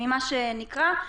ממה שנקרא.